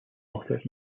authors